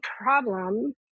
problem